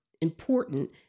important